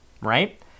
right